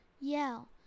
yell